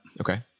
Okay